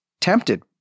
tempted